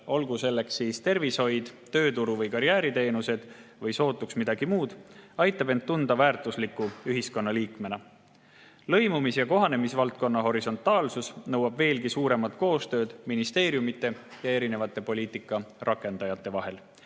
olgu selleks tervishoid, tööturu‑ või karjääriteenused või sootuks midagi muud, aitab tunda end väärtusliku ühiskonnaliikmena. Lõimumis- ja kohanemisvaldkonna horisontaalsus nõuab veelgi suuremat koostööd ministeeriumide ja erinevate poliitika rakendajate vahel,